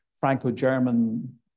Franco-German